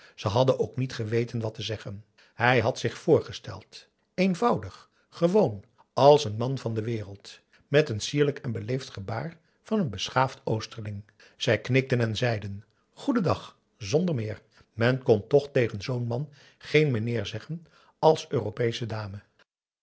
ze hadden ook niet geweten wat te zeggen hij had zich voorgesteld eenvoudig gewoon als een man van de wereld met het sierlijk en beleefd gebaar van een beschaafd oosterling zij knikten en zeiden goeden dag zonder meer men kon toch tegen zoo'n man geen meneer zeggen als europeesche dame